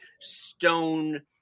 stone